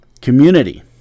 Community